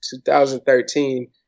2013